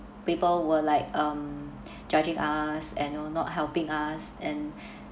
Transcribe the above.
people were like um judging us and know not helping us and